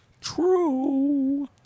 True